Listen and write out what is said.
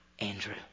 Andrew